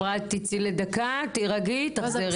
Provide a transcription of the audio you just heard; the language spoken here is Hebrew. אפרת, תצאי לדקה, תירגעי, תחזרי.